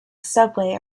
subway